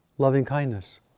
loving-kindness